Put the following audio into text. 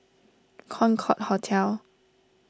Concorde Hotel